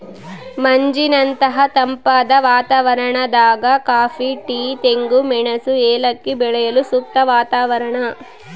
ಮಂಜಿನಂತಹ ತಂಪಾದ ವಾತಾವರಣದಾಗ ಕಾಫಿ ಟೀ ತೆಂಗು ಮೆಣಸು ಏಲಕ್ಕಿ ಬೆಳೆಯಲು ಸೂಕ್ತ ವಾತಾವರಣ